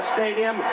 Stadium